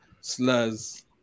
slurs